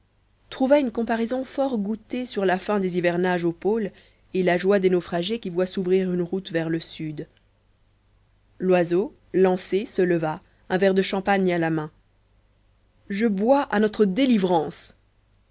trouva une comparaison fort goûtée sur la fin des hivernages au pôle et la joie des naufragés qui voient s'ouvrir une route vers le sud loiseau lancé se leva un verre de champagne à la main je bois à notre délivrance